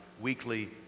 weekly